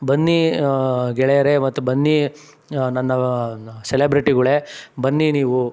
ಬನ್ನಿ ಗೆಳೆಯರೇ ಮತ್ತು ಬನ್ನಿ ನನ್ನ ಸೆಲೆಬ್ರಿಟಿಗಳೇ ಬನ್ನಿ ನೀವು